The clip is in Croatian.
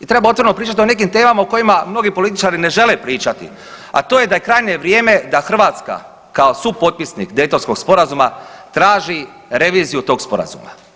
i treba otvoreno pričat o nekim temama o kojima mnogi političari ne žele pričati, a to je da je krajnje vrijeme da Hrvatska kao supotpisnik Daytonskog sporazuma traži reviziju tog sporazuma.